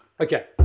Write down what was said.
okay